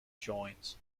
joint